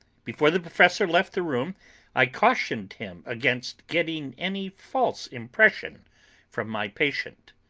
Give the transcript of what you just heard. before the professor left the room i cautioned him against getting any false impression from my patient.